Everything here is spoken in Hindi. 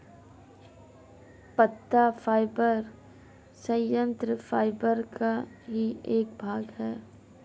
पत्ता फाइबर संयंत्र फाइबर का ही एक भाग है